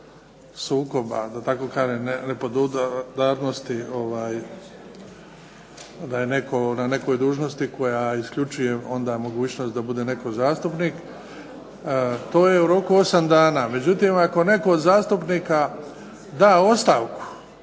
sukoba da tako kažem nepodudarnosti da je netko na nekoj dužnosti koja isključuje onda mogućnost da bude netko zastupnik to je u roku od osam dana. Međutim, ako netko od zastupnika da ostavku,